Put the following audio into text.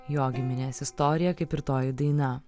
jo giminės istoriją kaip ir toji daina